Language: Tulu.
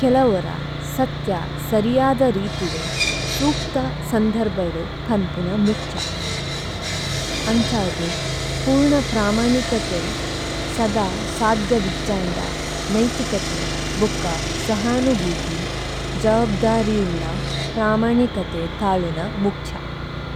കിലവരാ സതയാ സരിയദ രിതിഡം, സംകടാ സംധരബഡം ഭനപണമഁഖയ, അംചാദി പംരണ പരാമാണികതഇ, സദാ സാധിയ വിജാണഡ, നഇതികതഇ, ബഗകാ സഹാണം ഭംതി, ജവബദാരി ഉലല പരാമ ദാണികതഇ താളുന മഃചാ।